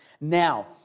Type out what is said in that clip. Now